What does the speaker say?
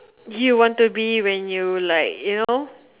you want to be when you like you know